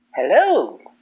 Hello